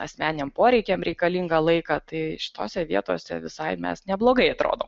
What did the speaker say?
asmeniniam poreikiam reikalingą laiką tai šitose vietose visai mes neblogai atrodom